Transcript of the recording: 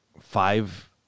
five